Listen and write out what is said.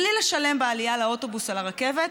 בלי לשלם בעלייה לאוטובוס או לרכבת,